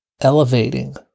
elevating